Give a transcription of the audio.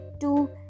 two